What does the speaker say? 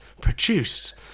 produced